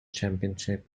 championship